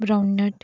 brown nut